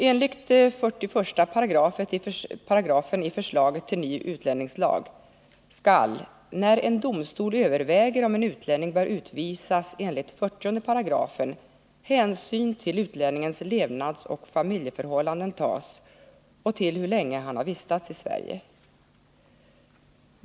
Enligt 41 § i förslaget till ny utlänningslag skall, när en domstol överväger om en utlänning bör utvisas enligt 40 §, hänsyn tas till utlänningens levnadsoch familjeförhållanden och till hur länge han har vistats i Sverige.